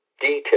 detail